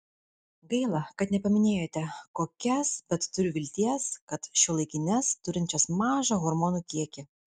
gaila kad nepaminėjote kokias bet turiu vilties kad šiuolaikines turinčias mažą hormonų kiekį